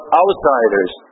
outsiders